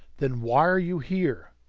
then why are you here?